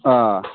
آ